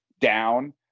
down